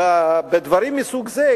בדברים מסוג זה,